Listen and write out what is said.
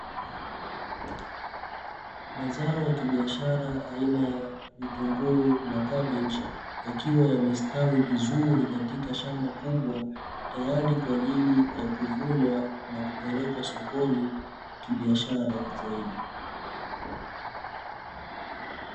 Mazao ya biashara aina ya kitunguu na kabeji, yakiwa yamestawi vizuri katika shamba kubwa tayari kwa kupeleka sokoni kwa biashara.